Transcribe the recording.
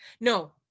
no